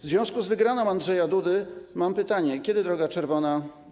W związku z wygraną Andrzeja Dudy mam pytanie: Kiedy powstanie droga czerwona?